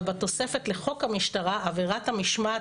אבל בתוספת לחוק המשטרה עבירת המשמעת